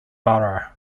borough